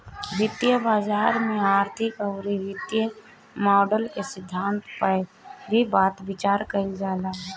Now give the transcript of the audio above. वित्तीय बाजार में आर्थिक अउरी वित्तीय मॉडल के सिद्धांत पअ भी बातचीत कईल जाला